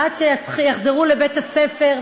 עד שיחזרו לבית-הספר.